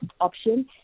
option